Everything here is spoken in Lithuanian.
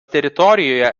teritorijoje